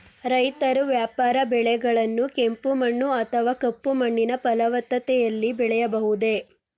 ರೈತರು ವ್ಯಾಪಾರ ಬೆಳೆಗಳನ್ನು ಕೆಂಪು ಮಣ್ಣು ಅಥವಾ ಕಪ್ಪು ಮಣ್ಣಿನ ಫಲವತ್ತತೆಯಲ್ಲಿ ಬೆಳೆಯಬಹುದೇ?